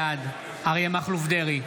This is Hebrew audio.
בעד אריה מכלוף דרעי,